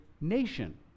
nation